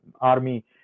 army